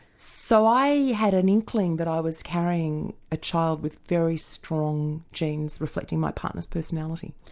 so i had an inkling that i was carrying a child with very strong genes reflecting my partner's personality.